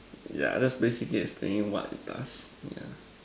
yeah that's basically explaining what it does yeah